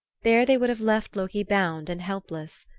there they would have left loki bound and helpless.